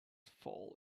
fall